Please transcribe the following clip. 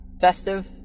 festive